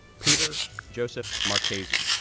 peter joseph marchese,